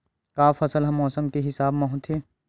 का फसल ह मौसम के हिसाब म होथे?